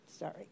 Sorry